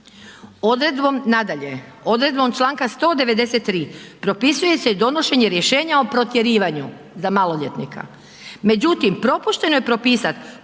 odredbom čl. 193 propisuje se donošenje rješenja o protjerivanju za maloljetnika,